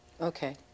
Okay